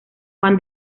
juan